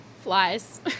Flies